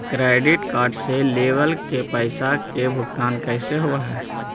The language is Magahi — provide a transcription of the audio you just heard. क्रेडिट कार्ड से लेवल पैसा के भुगतान कैसे होव हइ?